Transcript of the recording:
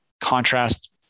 contrast